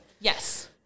Yes